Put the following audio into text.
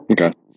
Okay